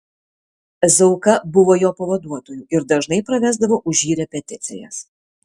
zauka buvo jo pavaduotoju ir dažnai pravesdavo už jį repeticijas